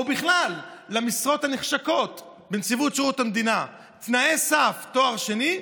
או בכלל: למשרות הנחשקות בנציבות שירות המדינה תנאי הסף הוא תואר שני,